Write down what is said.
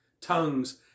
Tongues